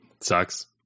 sucks